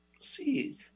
see